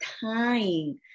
time